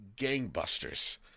gangbusters